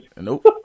Nope